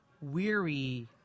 weary